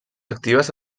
actives